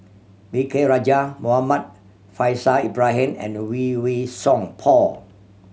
V K Rajah Muhammad Faishal Ibrahim and Lee Wei Song Paul